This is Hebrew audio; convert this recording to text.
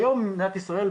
היום מדינת ישראל,